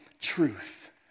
truth